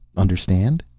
understand?